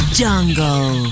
jungle